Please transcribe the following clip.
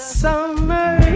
summer